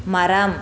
மரம்